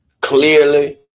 clearly